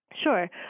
Sure